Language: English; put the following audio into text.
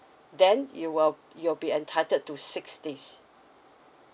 then you will you'll be entitled to six days